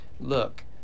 look